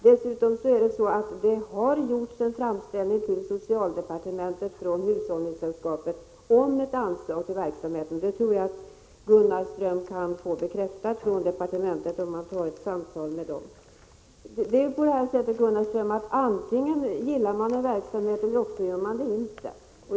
Dessutom har hushållningssällskapen gjort en framställning till socialdepartementet om ett anslag till verksamheten. Gunnar Ström kan nog få det bekräftat från departementet. Antingen gillar man en verksamhet eller också gör man det inte, Gunnar Prot. 1986/87:104 Ström.